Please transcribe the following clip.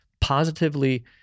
positively